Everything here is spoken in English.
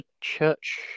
church